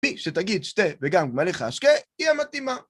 מי שתגיד שתה וגם גמליך אשקה, תהיה מתאימה.